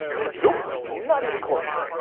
nope. not even close.